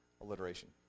alliteration